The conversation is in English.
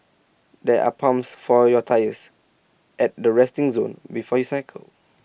there are pumps for your tyres at the resting zone before you cycle